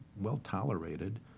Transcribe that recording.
well-tolerated